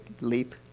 leap